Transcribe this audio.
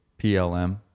PLM